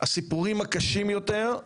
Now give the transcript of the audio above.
הסיפורים הקשים יותר,